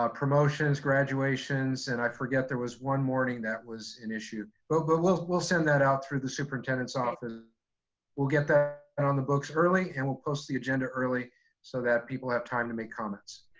um promotions graduations. and i forget there was one morning that was an issue, but but we'll we'll send that out through the superintendent's office. and we'll get that and on the books early. and we'll post the agenda early so that people have time to make comments.